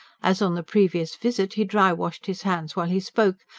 as on the previous visit he dry-washed his hands while he spoke,